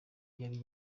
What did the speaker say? yari